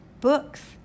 books